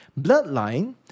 Bloodline